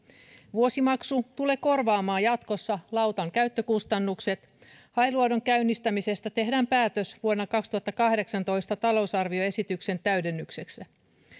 vuosimaksu tulee korvaamaan jatkossa lautan käyttökustannukset hailuodon käynnistämisestä tehdään päätös vuonna kaksituhattakahdeksantoista talousarvioesityksen täydennyksessä